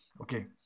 Okay